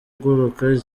uguruka